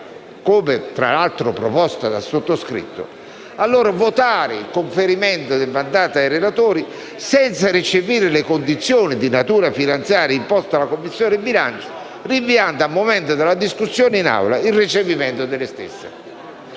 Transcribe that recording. *iter*, sarebbe stato preferibile allora votare il conferimento del mandato ai relatori senza recepire le condizioni di natura finanziaria imposte dalla Commissione bilancio, rinviando al momento della discussione in Assemblea il recepimento delle stesse;